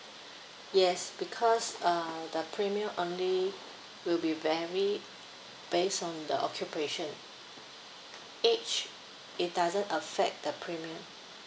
yes because uh the premium only will be varied base on the occupation age it doesn't affect the premium